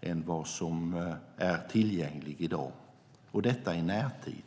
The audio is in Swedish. än vad som är tillgänglig i dag, och detta i närtid.